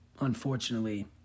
unfortunately